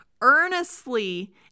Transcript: Earnestly